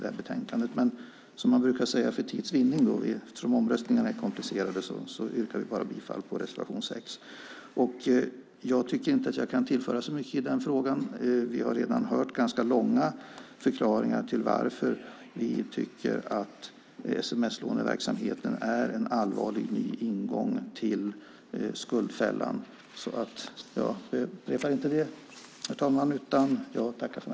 Men för tids vinnande - som man brukar säga eftersom omröstningarna är komplicerade - yrkar vi alltså bara bifall till reservation 6. Jag tycker inte att jag kan tillföra så mycket mer i frågan. Vi har redan hört ganska långa förklaringar till varför vi tycker att sms-låneverksamheten är en allvarig ny ingång till skuldfällan och jag ska inte upprepa dem, herr talman.